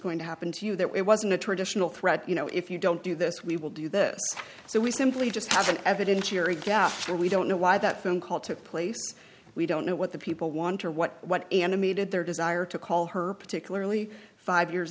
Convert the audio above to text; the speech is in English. going to happen to you that it wasn't a traditional threat you know if you don't do this we will do this so we simply just have an evidentiary gap where we don't know why that phone call took place we don't know what the people want or what what animated their desire to call her particularly five years